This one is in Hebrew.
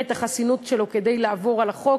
את החסינות שלו כדי לעבור על החוק,